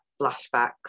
flashbacks